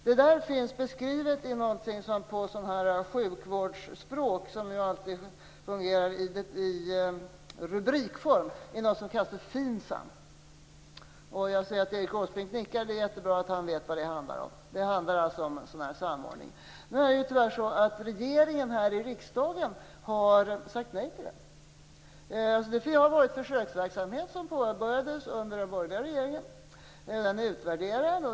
Det där finns beskrivet i någonting som på sjukvårdsspråk, som alltid fungerar i rubrikform, kallas för FINSAM. Jag ser att Erik Åsbrink nickar. Det är jättebra att han vet att detta handlar om samordning. Tyvärr har regeringen sagt nej till detta. Det har pågått försöksverksamhet, som påbörjades under den borgerliga regeringen. Den har utvärderats.